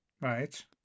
Right